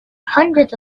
hundreds